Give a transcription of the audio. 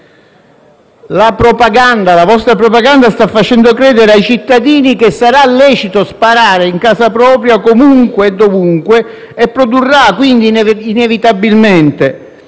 La vostra propaganda sta facendo credere ai cittadini che sarà lecito sparare in casa propria comunque e dovunque, con conseguenze inevitabili.